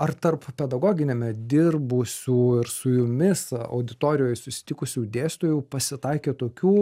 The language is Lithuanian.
ar tarp pedagoginiame dirbusių ir su jumis auditorijoj susitikus jau dėstytojų pasitaikė tokių